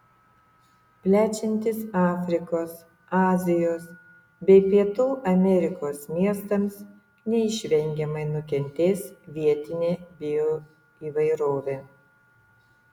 plečiantis afrikos azijos bei pietų amerikos miestams neišvengiamai nukentės vietinė bioįvairovė